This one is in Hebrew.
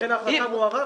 לכן ההחלטה מוארכת.